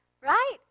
right